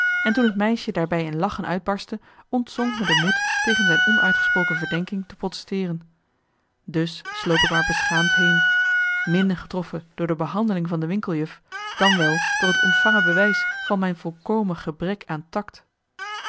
en toen het meisje daarbij in lachen uitbarstte ontzonk me de moed tegen zijn onuitgesproken verdenking te protesteeren dus sloop ik maar beschaamd heen minder getroffen door de behandeling van de winkeljuf dan wel door het ontvangen bewijs van mijn volkomen gebrek aan takt